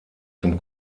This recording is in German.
zum